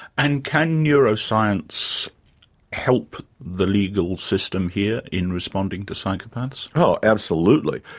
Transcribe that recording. and can neuroscience help the legal system here in responding to psychopaths? oh, absolutely.